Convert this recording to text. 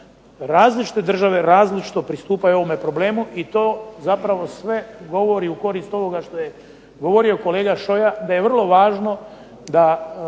različite države različito pristupaju ovome problemu i to zapravo sve govori u korist ovoga što je govorio kolega Šoja, da je vrlo važno da